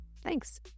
Thanks